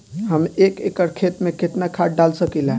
हम एक एकड़ खेत में केतना खाद डाल सकिला?